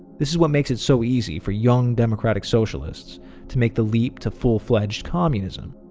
this is what makes it so easy for young democratic socialists to make the leap to full-fledged communism.